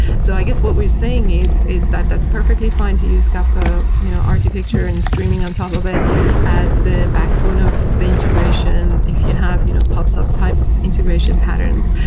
so i guess what we're saying is is that that's perfectly fine to use kafka you know architecture and streaming on top of it as the backbone of the integration if you have you know pub subtype integration patterns,